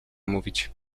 mówić